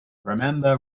remember